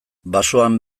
basoan